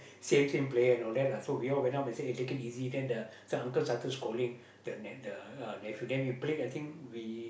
same same player all that lah so we all went up and say eh take it easy then the the uncle started scolding the ne~ the nephew then we played I think we